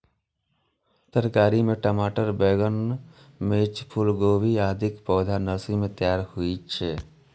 तरकारी मे टमाटर, बैंगन, मिर्च, फूलगोभी, आदिक पौधा नर्सरी मे तैयार होइ छै